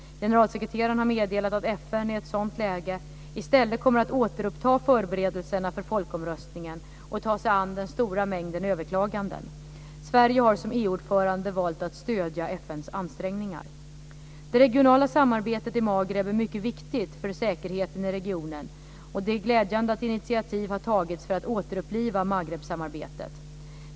Generalsekreteraren har meddelat att FN, i ett sådant läge, i stället kommer att återuppta förberedelserna för folkomröstningen och ta sig an den stora mängden överklaganden. Sverige har som EU-ordförande valt att stödja Det regionala samarbetet i Maghreb är mycket viktigt för säkerheten i regionen, och det är glädjande att initiativ har tagits för att återuppliva Maghrebsamarbetet.